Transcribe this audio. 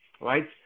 right